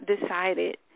decided